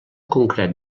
concret